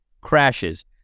Crashes